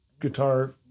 guitar